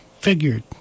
figured